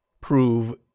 prove